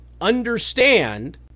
understand